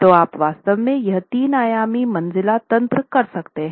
तो आप वास्तव में एक 3 आयामी मंजिला तंत्र कर सकते हैं